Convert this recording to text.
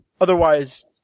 otherwise